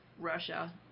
Russia